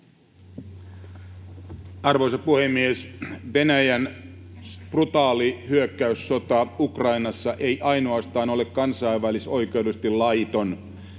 Arvoisa puhemies! Venäjän brutaali hyökkäyssota Ukrainassa ei ainoastaan ole kansainvälisoikeudellisesti laiton,